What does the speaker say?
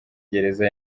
gereza